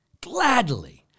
gladly